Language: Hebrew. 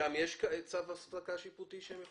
שם יש צו הפסקה שיפוטי?